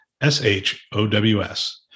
S-H-O-W-S